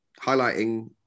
highlighting